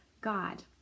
God